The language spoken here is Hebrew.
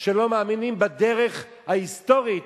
שלא מאמינים בדרך ההיסטורית,